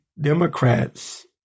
Democrats